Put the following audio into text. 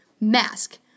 Mask